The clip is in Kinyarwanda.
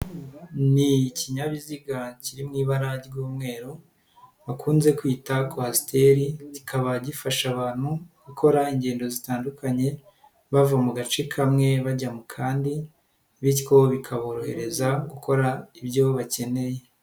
Ni ikinyabiziga kiri mu ibara ry'umweru bakunze kwita kwasiteri, kikaba gifasha abantu gukora ingendo zitandukanye bava mu gace kamwe bajya mu kandi bityo bikaborohereza gukora ibyo bo bakeneye.